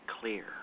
clear